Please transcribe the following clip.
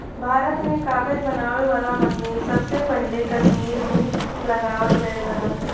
भारत में कागज बनावे वाला मसीन सबसे पहिले कसमीर में लगावल गयल रहल